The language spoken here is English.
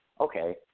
okay